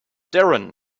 darren